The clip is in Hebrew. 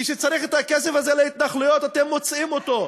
כשצריך את הכסף הזה להתנחלויות אתם מוצאים אותו,